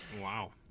Wow